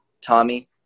Tommy